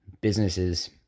businesses